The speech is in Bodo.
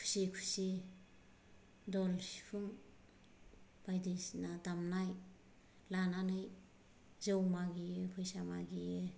खुसि खुसि दल सिफुं बायदिसिना दामनाय लानानै जौ मागियो फैसा मागियो